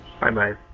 Bye-bye